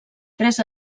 tres